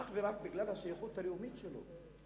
אך ורק בגלל השייכות הלאומית שלו.